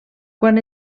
quan